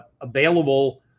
available